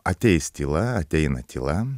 ateis tyla ateina tyla